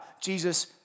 Jesus